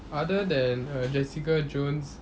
other than err jessica jones